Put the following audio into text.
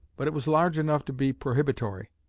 but it was large enough to be prohibitory.